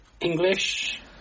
English